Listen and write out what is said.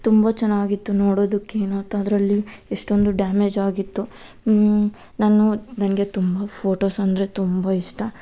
ತುಂಬ ಚೆನ್ನಾಗಿತ್ತು ನೋಡೋದಕ್ಕೇನೋ ಮತ್ತೆ ಅದರಲ್ಲಿ ಎಷ್ಟೊಂದು ಡ್ಯಾಮೇಜಾಗಿತ್ತು ನಾನು ನನಗೆ ತುಂಬ ಫೋಟೋಸ್ ಅಂದರೆ ತುಂಬ ಇಷ್ಟ